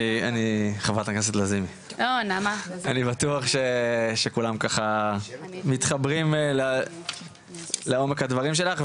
אני בטוח שכולם מתחברים לעומק הדברים שלך.